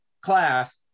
class